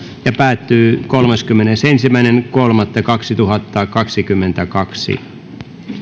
ja päättyy kolmaskymmenesensimmäinen kolmatta kaksituhattakaksikymmentäkaksi